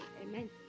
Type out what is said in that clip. amen